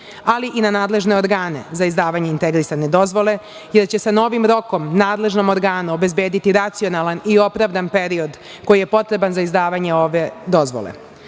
ali i na nadležne organe za izdavanje integrisane dozvole, jer će sa novim rokom nadležnom organu obezbediti racionalan i opravdan period koji je potreban za izdavanje ove dozvole. Samim